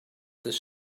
ddydd